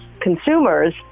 consumers